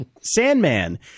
Sandman